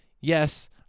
yes